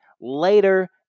later